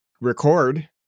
record